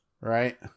right